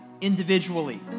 individually